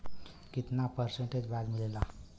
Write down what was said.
कितना परसेंट ब्याज मिलेला?